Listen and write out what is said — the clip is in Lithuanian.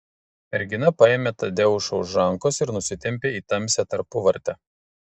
mergina paėmė tadeušą už rankos ir nusitempė į tamsią tarpuvartę